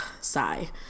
sigh